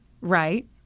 right